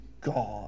God